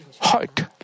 heart